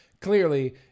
clearly